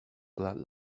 blood